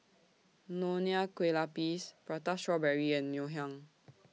Nonya Kueh Lapis Prata Strawberry and Ngoh Hiang